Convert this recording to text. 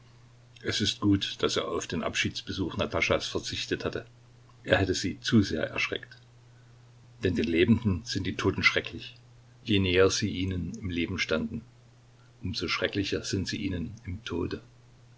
es ist gut daß er auf den abschiedsbesuch nataschas verzichtet hatte er hätte sie zu sehr erschreckt denn den lebenden sind die toten schrecklich je näher sie ihnen im leben standen um so schrecklicher sind sie ihnen im tode